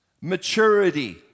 maturity